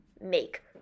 make